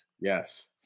Yes